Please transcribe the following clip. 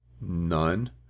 None